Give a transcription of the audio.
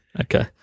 okay